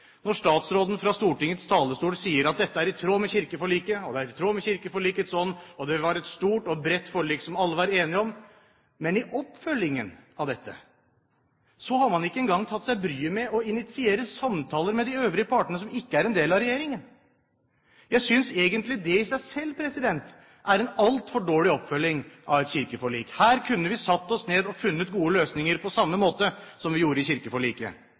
når statsråden fra Stortingets talerstol sier at dette er i tråd med kirkeforliket – at det er i tråd med kirkeforlikets ånd – og at det var et stort og bredt forlik som alle var enige om, men i oppfølgingen av dette har man ikke engang tatt seg bryet med å initiere samtaler med de øvrige partene, som ikke er en del av regjeringen. Jeg synes egentlig det i seg selv er en altfor dårlig oppfølging av et kirkeforlik. Her kunne vi ha satt oss ned og funnet gode løsninger, på samme måte som vi gjorde i kirkeforliket,